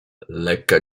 lekka